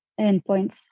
endpoints